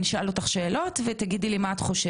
אשאל אותך שאלות, ותעני.